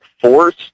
force